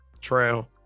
trail